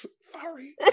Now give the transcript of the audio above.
sorry